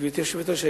גברתי היושבת-ראש,